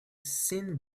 thin